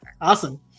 Awesome